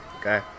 Okay